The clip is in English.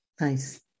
Nice